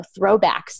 throwbacks